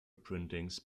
printings